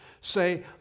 say